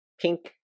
pink